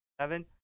seven